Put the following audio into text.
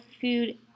Food